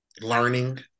learning